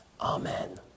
Amen